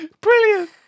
Brilliant